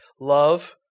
Love